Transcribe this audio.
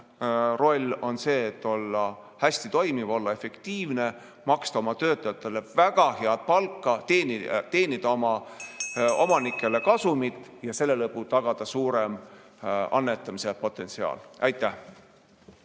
roll on olla hästi toimiv, olla efektiivne, maksta oma töötajatele väga head palka, teenida oma omanikele kasumit ja seeläbi tagada suurem annetamise potentsiaal. Aitäh!